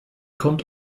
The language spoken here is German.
kommt